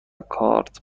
کارت